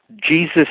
Jesus